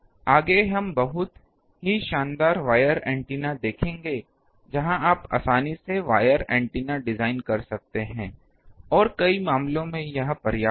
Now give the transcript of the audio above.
आगे हम कुछ बहुत ही शानदार वायर ऐन्टेना देखेंगे जहां आप आसानी से वायर ऐन्टेना डिजाइन कर सकते हैं और कई मामलों में यह पर्याप्त है